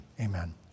amen